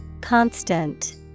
Constant